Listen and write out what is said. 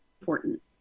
important